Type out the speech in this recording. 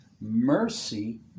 mercy